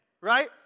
Right